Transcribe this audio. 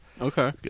Okay